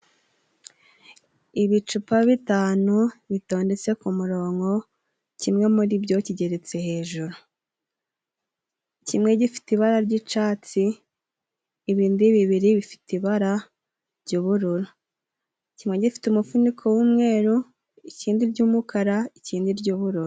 Ibicupa bitanu bitondetse ku muronko, kimwe muri byo kigeretse hejuru, kimwe gifite ibara ry'icatsi, ibindi bibiri bifite ibara ry'ubururu, kimwe gifite umufuniko w'umweru, ikindi ry'umukara, ikindi ry'ubururu.